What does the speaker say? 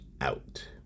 out